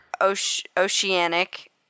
Oceanic